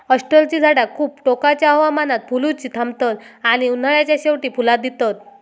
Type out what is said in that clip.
अष्टरची झाडा खूप टोकाच्या हवामानात फुलुची थांबतत आणि उन्हाळ्याच्या शेवटी फुला दितत